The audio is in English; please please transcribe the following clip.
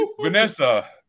vanessa